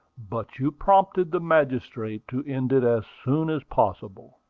but you prompted the magistrate to end it as soon as possible.